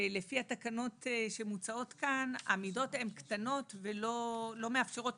לפי התקנות שמוצעות כאן המידות קטנות ולא מאפשרות